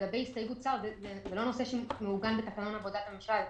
לגבי הסתייגות שר זה לא נושא שמעוגן בתקנון עבודת הממשלה,